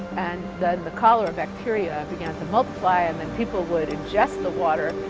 and then the cholera bacteria began to multiply. and then people would ingest the water,